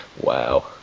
Wow